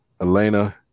Elena